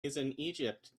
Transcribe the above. egypt